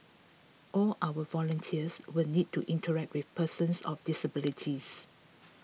all our volunteers will need to interact with persons of disabilities